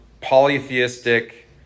polytheistic